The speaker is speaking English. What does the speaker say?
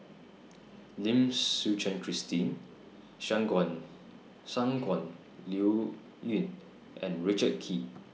Lim Suchen Christine Shangguan Liuyun and Richard Kee